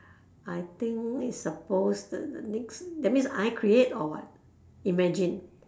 I think it's supposed to that means I create or what imagine